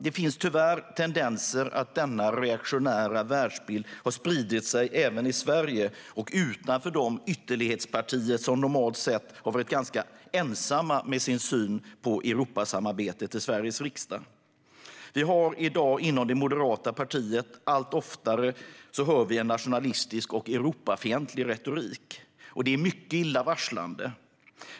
Det finns tyvärr tendenser att denna reaktionära världsbild sprider sig även i Sverige och utanför de ytterlighetspartier som normalt sett har varit ganska ensamma med sin syn på Europasamarbetet i Sveriges riksdag. Inom det moderata partiet hörs allt oftare en nationalistisk och Europafientlig retorik, som är mycket illavarslande.